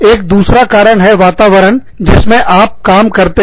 एक दूसरा कारण हैवातावरण जिसमें आप काम करते हैं